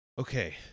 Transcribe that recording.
okay